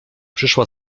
przyszła